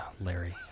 Larry